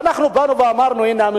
באנו ואמרנו: הנה,